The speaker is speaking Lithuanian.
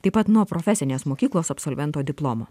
taip pat nuo profesinės mokyklos absolvento diplomo